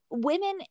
women